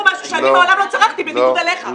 משהו שאני מעולם לא צרכתי בניגוד אליך.